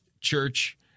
church